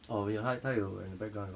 orh 没有他他有 in the background record